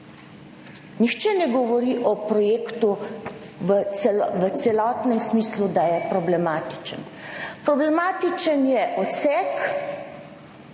nihče ne govori o projektu v celotnem smislu, da je problematičen - problematičen je odsek